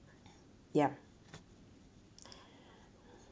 ya